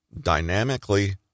dynamically